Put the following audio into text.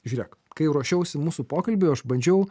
žiūrėk kai jau ruošiausi mūsų pokalbiui aš bandžiau